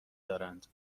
دارند